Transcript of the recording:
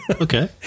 Okay